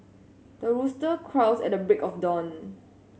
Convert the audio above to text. the rooster crows at the break of dawn